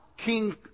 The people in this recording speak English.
king